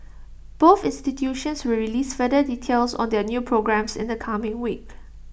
both institutions will release further details on their new programmes in the coming week